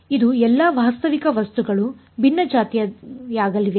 ಆದ್ದರಿಂದ ಇದು ಎಲ್ಲಾ ವಾಸ್ತವಿಕ ವಸ್ತುಗಳು ಭಿನ್ನಜಾತಿಯಾಗಲಿವೆ